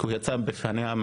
מהארון בפניה: